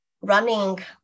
running